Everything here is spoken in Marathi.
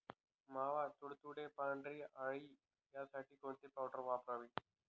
मावा, तुडतुडे, पांढरी अळी यासाठी कोणती पावडर वापरावी?